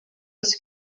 was